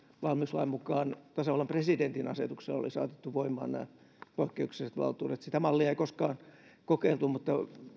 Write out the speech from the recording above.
valmiuslain mukaan tasavallan presidentin asetuksella oli saatettu voimaan nämä poikkeukselliset valtuudet sitä mallia ei koskaan kokeiltu mutta